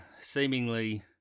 seemingly